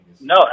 No